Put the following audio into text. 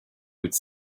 with